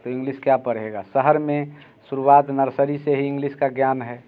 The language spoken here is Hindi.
तो इंग्लिश क्या पढ़ेगा शहर में शुरुआत नर्सरी से ही इंग्लिस का ज्ञान है